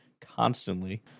constantly